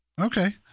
Okay